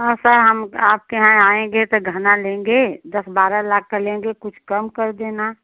हाँ सर हम आपके यहाँ आएँगे तो गहना लेंगे दस बारह लाख का लेंगे कुछ कम कर देना